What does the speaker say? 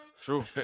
True